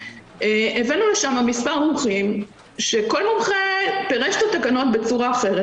הבאנו לשם מספר מומחים שכל מומחה פירש את התקנות בצורה אחרת.